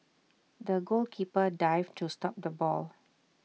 the goalkeeper dived to stop the ball